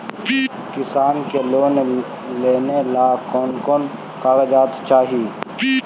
किसान के लोन लेने ला कोन कोन कागजात चाही?